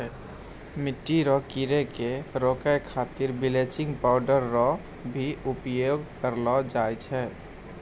मिट्टी रो कीड़े के रोकै खातीर बिलेचिंग पाउडर रो भी उपयोग करलो जाय छै